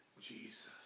Jesus